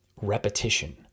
repetition